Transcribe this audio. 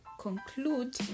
conclude